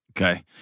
Okay